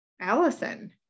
Allison